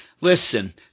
listen –